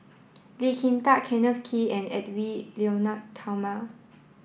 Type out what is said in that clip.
Lee Kin Tat Kenneth Kee and Edwy Lyonet Talma